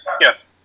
Yes